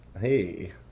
Hey